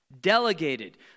Delegated